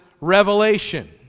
Revelation